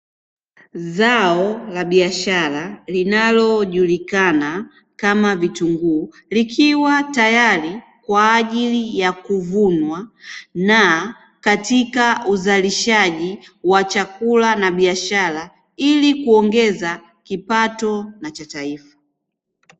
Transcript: Zao la biashara linalojulikana kama vitunguu, likiwa tayari kwa ajili ya kuvunwa na katika uzalishaji wa chakula na biashara, ili kuongeza kipato na cha taifa.